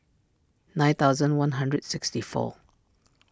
nine thousand one hundred sixty four